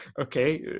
Okay